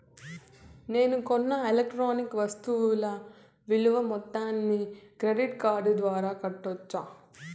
నేను కొన్న ఎలక్ట్రానిక్ వస్తువుల విలువ మొత్తాన్ని క్రెడిట్ కార్డు ద్వారా కట్టొచ్చా?